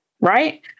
right